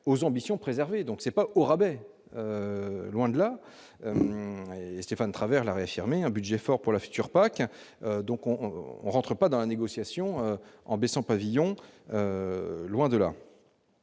aux ambitions préserver donc c'est pas au rabais, loin de là : Stéphane Travert là réaffirmer un budget for pour la future PAC donc on on rentre pas dans la négociation en baissant pavillon, loin de là